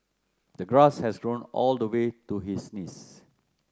the grass has grown all the way to his knees